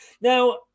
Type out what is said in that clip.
Now